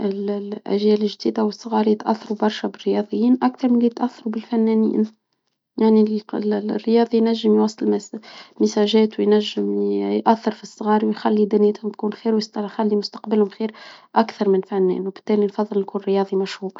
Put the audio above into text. الاجيال الجديدة والصغار يتأثروا برشا بالرياضيين اكتر من اللي يتأثروا بالفنانين يعني الرياضي ينجم يواصل مساجات وينجم ياسر في الصغار ويخلي دنيتهم تكون خير مش تخلي مستقبلهم خير. اكثر من فنان وبالتالي نفضل الكل رياضي مشهور